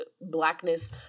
blackness